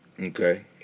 Okay